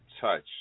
touch